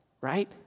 right